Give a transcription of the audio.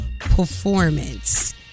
performance